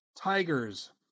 Tigers